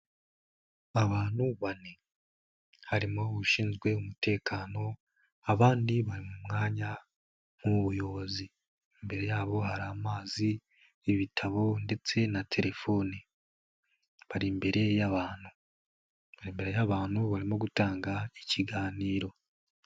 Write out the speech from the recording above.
Abantu bane. Harimo ushinzwe umutekano, abandi bari mu mwanya, nk'uwubuyobozi. Imbere yabo hari amazi, ibitabo, ndetse na telefoni. Bari imbere y'abantu. Bari imbere y'abantu barimo gutanga ikiganiro.